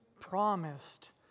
promised